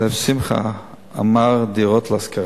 הרב שמחה, אמר: דירות להשכרה.